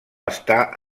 està